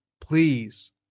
Please